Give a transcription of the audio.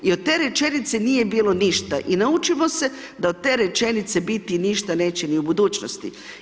I od te rečenice nije bilo ništa, i naučimo se da od te rečenice biti ništa neće ni u budućnosti.